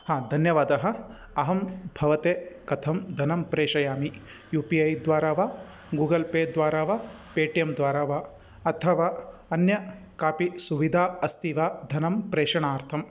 हा धन्यवादः अहं भवते कथं धनं प्रेषयामि यु पि ऐ द्वारा वा गूगल् पे द्वारा वा पे टि एम् द्वारा वा अथवा अन्या कापि सुविधा अस्ति वा धनं प्रेषणार्थं